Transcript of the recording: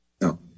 No